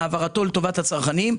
העברתו לטובת הצרכנים,